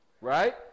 right